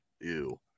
Ew